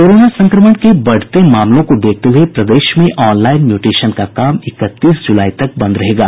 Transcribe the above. corona संक्रमण के बढ़ते मामलों को देखते हुये प्रदेश में ऑनलाईन म्यूटेशन का काम इकतीस जुलाई तक बंद रहेगा